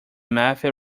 mafia